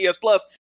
Plus